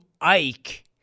Ike